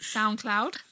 Soundcloud